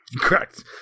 Correct